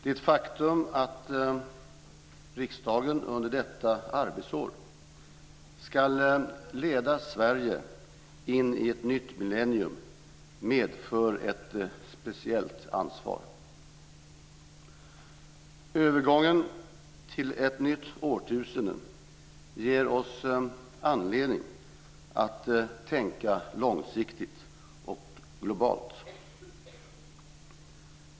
Det faktum att riksdagen under detta arbetsår ska leda Sverige in i ett nytt millennium medför ett speciellt ansvar. Övergången till ett nytt årtusende ger oss anledning att tänka långsiktigt och globalt.